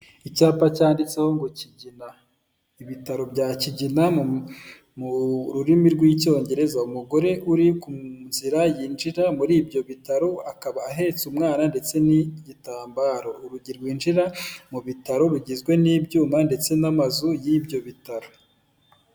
Icyapa cyanditseho ngo Kigina, ibitaro bya Kigina mu rurimi rw'icyongereza, umugore uri ku nzira yinjira muri ibyo bitaro akaba ahetse umwana ndetse n'igitambaro, urugi rwinjira mu bitaro rugizwe n'ibyuma ndetse n'amazu y'ibyo bitaro.